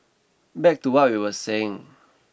back to what we were saying